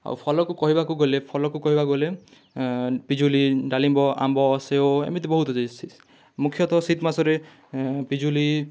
ଆଉ ଫଲକୁ କହିବାକୁ ଗଲେ ଫଲକୁ କହିବାକୁ ଗଲେ ପିଜୁଲି ଡାଲିମ୍ବ ଆମ୍ବ ସେଓ ଏମିତି ବହୁତ୍ ଅଛି ମୁଖ୍ୟତଃ ଶୀତ୍ ମାସରେ ପିଜୁଲି